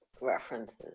references